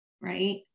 right